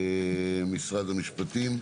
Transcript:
משרד המשפטים,